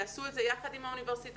יעשו את זה יחד עם האוניברסיטאות,